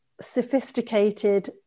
sophisticated